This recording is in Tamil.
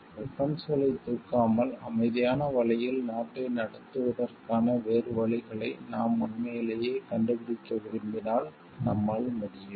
வெபன்ஸ்களைத் தூக்காமல் அமைதியான வழியில் நாட்டை நடத்துவதற்கான வேறு வழிகளை நாம் உண்மையிலேயே கண்டுபிடிக்க விரும்பினால் நம்மால் முடியும்